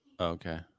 Okay